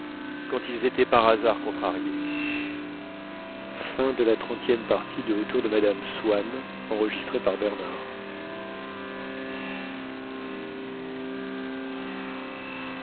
quand ils étaient par hasard contrariés